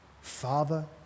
Father